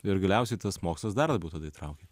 ir galiausiai tas mokslas dar labiau tada įtraukė